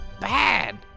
bad